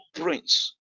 prince